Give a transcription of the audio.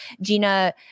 Gina